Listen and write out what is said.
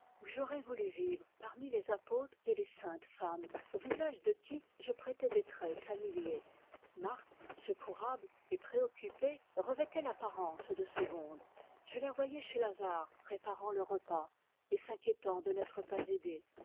j'aurais voulu vivre parmi les apôtres et les saintes femmes au visage de qui je prêtais des traits familiers marthe secourable et préoccupée revêtait l'apparence de segonde je la voyais chez lazare préparant le repas et s'inquiétant de n'être pas aidée